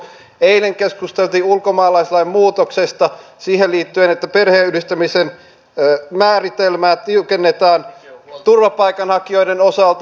eilen keskusteltiin ulkomaalaislain muutoksesta siihen liittyen että perheenyhdistämisen määritelmää tiukennetaan turvapaikanhakijoiden osalta